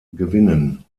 gewinnen